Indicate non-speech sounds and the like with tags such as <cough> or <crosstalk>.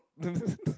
<laughs>